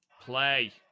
play